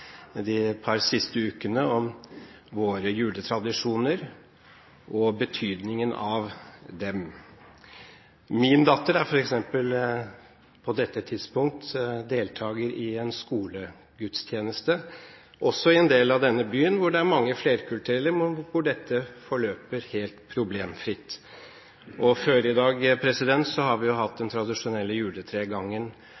våre juletradisjoner og betydningen av dem. Min datter er f.eks. på dette tidspunkt deltager i en skolegudstjeneste, også i en del av denne byen hvor det er mange flerkulturelle, men hvor dette forløper helt problemfritt. Tidligere i dag har vi hatt den tradisjonelle juletregangen her i Stortinget, hvor vi